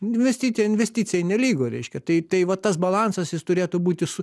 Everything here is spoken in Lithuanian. investicija investicijai nelygu reiškia tai tai va tas balansas jis turėtų būti su